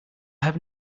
have